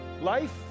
life